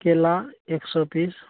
केला एक सओ पीस